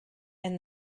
and